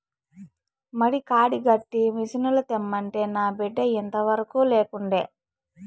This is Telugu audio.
మడి కాడి గడ్డి మిసనుల తెమ్మంటే నా బిడ్డ ఇంతవరకూ లేకుండే